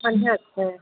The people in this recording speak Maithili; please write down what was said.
बढ़िऑं छै